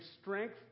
strength